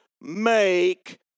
make